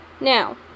Now